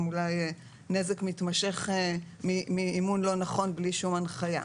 אולי נזק מתמשך מאימון לא נכון בלי שום הנחיה.